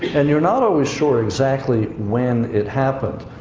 and you're not always sure exactly when it happened.